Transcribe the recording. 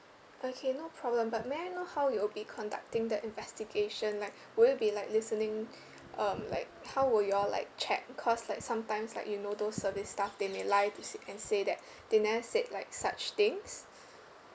okay no problem but may I how you will be conducting the investigation like will it be like listening um like how will you all like check cause like sometimes like you know those service staff they may lie to sa~ and say that they never said like such things